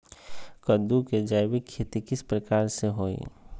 कददु के जैविक खेती किस प्रकार से होई?